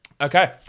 Okay